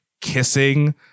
kissing